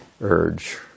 urge